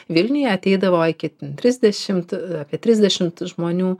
vilniuje ateidavo iki trisdešimt apie trisdešimt žmonių